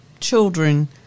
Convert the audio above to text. children